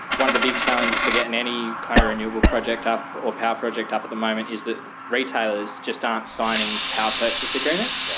one of the big challenges for getting any kind of renewable project up or power project up at the moment is that retailers just aren't signing power purchase agreements,